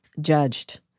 judged